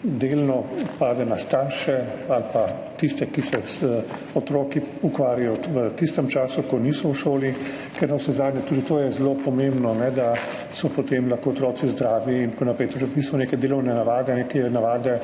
delno pade na starše ali pa tiste, ki se z otroki ukvarjajo v tistem času, ko niso v šoli, ker navsezadnje tudi to je zelo pomembno, da so potem lahko otroci zdravi in tako naprej, torej v bistvu neke delovne navade, neke navade